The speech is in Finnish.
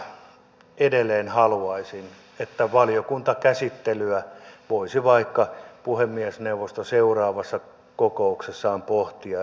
vetoomuksenomaisena edelleen haluaisin että valiokuntakäsittelyä voisi vaikka puhemiesneuvosto seuraavassa kokouksessaan pohtia